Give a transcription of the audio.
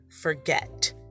forget